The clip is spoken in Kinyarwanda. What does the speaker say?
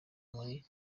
muri